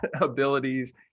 abilities